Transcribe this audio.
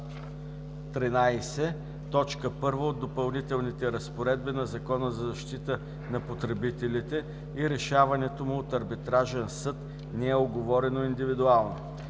т. 1 от допълнителните разпоредби на Закона за защита на потребителите и решаването му от арбитражен съд не е уговорено индивидуално“.“